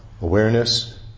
awareness